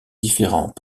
différents